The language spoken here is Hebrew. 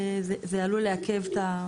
זה עלול לעכב את,